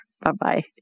Bye-bye